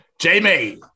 Jamie